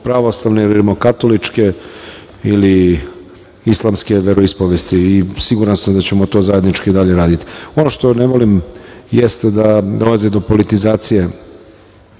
pravoslavne ili rimo-katoličke ili islamske veroispovesti. Siguran sam da ćemo to zajednički dalje raditi. Ono što ne volim jeste da dolazi do politizacije